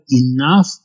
enough